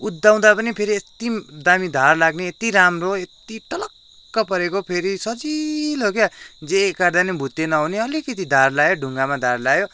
उध्याँउदा पनि यति दामी धार लाग्ने यति राम्रो यति टलक्क परेको फेरि सजिलो क्या जे काट्दा पनि भुत्ते नहुने अलिकति धार लायो ढुङ्गामा धार लायो टल्लक्क